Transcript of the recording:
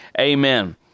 amen